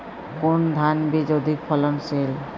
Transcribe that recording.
কোন ধান বীজ অধিক ফলনশীল?